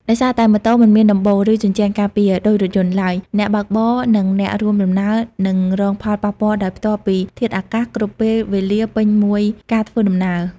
ដោយសារតែម៉ូតូ មិនមានដំបូល ឬជញ្ជាំងការពារ ដូចរថយន្តឡើយ អ្នកបើកបរ និងអ្នករួមដំណើរនឹង រងផលប៉ះពាល់ដោយផ្ទាល់ពីធាតុអាកាស គ្រប់ពេលវេលាពេញមួយការធ្វើដំណើរ។